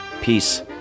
Peace